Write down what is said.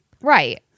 right